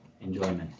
enjoyment